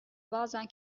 bazen